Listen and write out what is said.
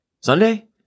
Sunday